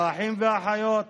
האחים והאחיות,